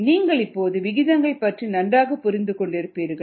நீங்கள் இப்போது விகிதங்கள் பற்றி நன்றாக புரிந்து கொண்டிருப்பீர்கள்